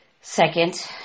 Second